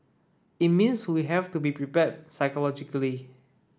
it means we have to be prepared psychologically